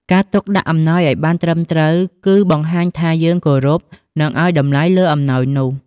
ការទុកដាក់អំណោយឲ្យបានត្រឹមត្រូវគឺ បង្ហាញថាយើងគោរព និងឲ្យតម្លៃលើអំណោយនោះ។